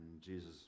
Jesus